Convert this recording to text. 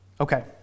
Okay